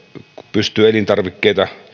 pystyy elintarvikkeita